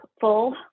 full